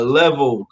level